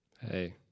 Hey